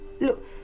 Look